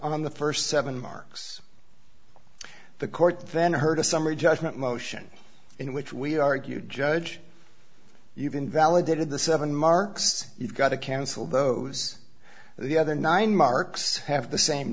on the first seven marks the court then heard a summary judgment motion in which we argued judge you've invalidated the seven marks you've got to cancel those the other nine marks have the same